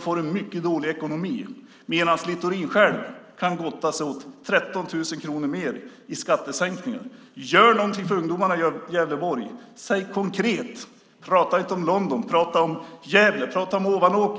får en mycket dålig ekonomi, medan Littorin själv kan gotta sig åt 13 000 kronor mer efter skattesänkningar. Gör något för ungdomarna i Gävleborg! Var konkret! Tala inte om London utan om Gävle, Ovanåker och Sandviken!